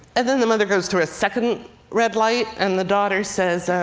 and and the mother goes through a second red light. and the daughter says,